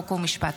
חוק ומשפט.